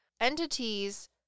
Entities